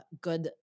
good